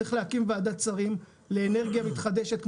צריך להקים ועדת שרים לאנרגיה מתחדשת,